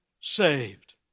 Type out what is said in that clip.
saved